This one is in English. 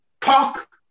talk